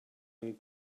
ein